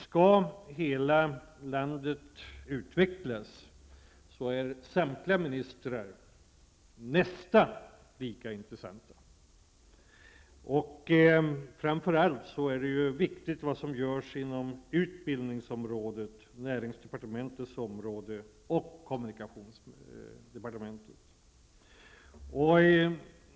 Om hela landet skall utvecklas är därför samtliga ministrar nästan lika intressanta. Framför allt är det viktigt vad som görs inom utbildningsområdet, näringsdepartementets område och kommunikationsdepartementet.